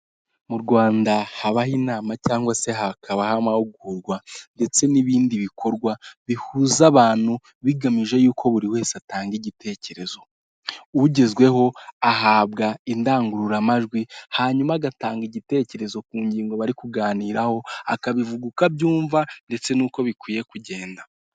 Mu rwanda habaho inama cyangwa se hakabaho amahugurwa ndetse n'ibindi bikorwa bihuza abantu bigamije yuko buri wese atanga igitekerezo, ugezweho ahabwa indangururamajwi hanyuma agatanga igitekerezo ku ngingo bari kuganiraho akabivuga uko abyumva ndetse n'uko bikwiye kugenda.